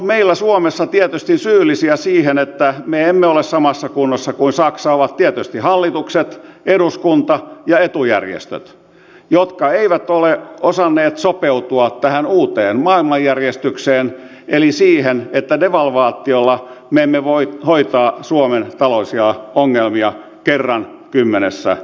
meillä suomessa syyllisiä siihen että me emme ole samassa kunnossa kuin saksa ovat tietysti hallitukset eduskunta ja etujärjestöt jotka eivät ole osanneet sopeutua tähän uuteen maailmanjärjestykseen eli siihen että devalvaatiolla me emme voi hoitaa suomen taloudellisia ongelmia kerran kymmenessä vuodessa